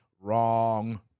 wrong